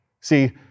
See